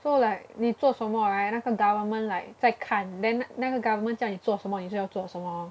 so like 你做什么 right 那个 government like 在看 then 那个 government 叫你做什么你就要做什么 lor